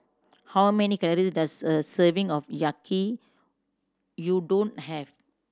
how many calories does a serving of Yaki Udon have